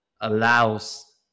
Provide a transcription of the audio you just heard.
allows